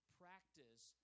practice